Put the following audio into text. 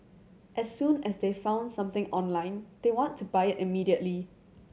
as soon as they've found something online they want to buy it immediately